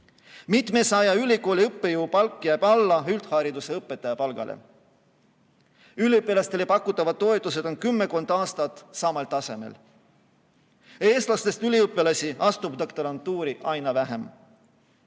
Mitmesaja ülikooliõppejõu palk jääb alla üldharidusõpetaja palgale. Üliõpilastele pakutavad toetused on kümmekond aastat olnud samal tasemel. Eestlastest üliõpilasi astub doktorantuuri aina vähem.